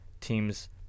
teams